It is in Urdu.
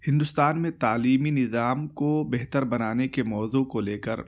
ہندوستان میں تعلیمی نظام کو بہتر بنانے کے موضوع کو لے کر